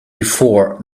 before